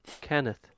Kenneth